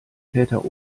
väter